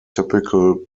typical